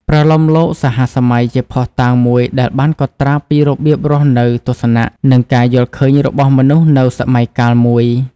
ប្រលោមលោកសហសម័យជាភស្តុតាងមួយដែលបានកត់ត្រាពីរបៀបរស់នៅ ទស្សនៈ និងការយល់ឃើញរបស់មនុស្សនៅសម័យកាលមួយ។